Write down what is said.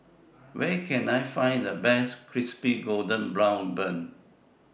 Where Can I Find The Best Crispy Golden Brown Bun